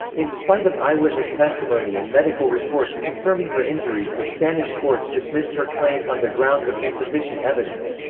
in spite of eyewitness testimony and medical reports confirming her injuries the spanish courts dismissed her claims on the grounds of insufficient evidence.